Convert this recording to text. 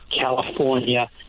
california